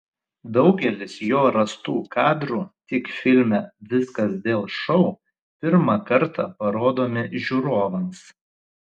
daugelis jo rastų kadrų tik filme viskas dėl šou pirmą kartą parodomi žiūrovams